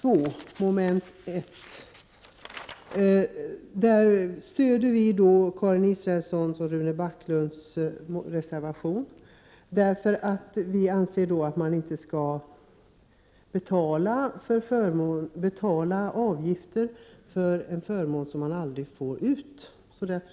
Vi stöder reservation 2 av Karin Israelsson och Rune Backlund, eftersom vi anser att man inte skall betala avgifter för en förmån som man aldrig får ut.